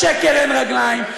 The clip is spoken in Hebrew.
לשקר אין רגליים.